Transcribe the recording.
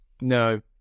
No